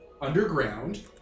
underground